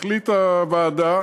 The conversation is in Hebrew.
החליטה הוועדה